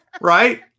Right